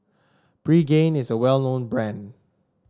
pregain is a well known brand